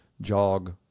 jog